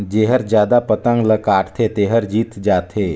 जेहर जादा पतंग ल काटथे तेहर जीत जाथे